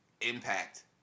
impact